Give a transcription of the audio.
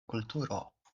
kulturo